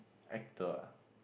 actor ah